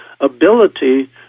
ability